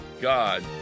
God